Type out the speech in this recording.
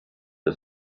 der